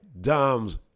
Dom's